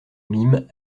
mime